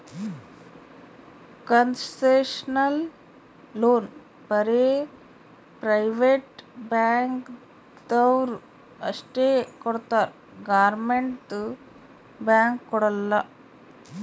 concessional loan ಬರೇ private ಬ್ಯಾಂಕ್ದವ್ರು ಅಷ್ಟೇ ಕೊಡ್ತಾರ್ ಗೌರ್ಮೆಂಟ್ದು ಬ್ಯಾಂಕ್ ಕೊಡಲ್ಲ